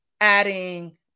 adding